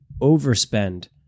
overspend